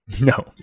No